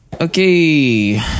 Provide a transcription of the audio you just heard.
Okay